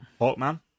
Hawkman